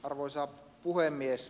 arvoisa puhemies